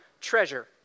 treasure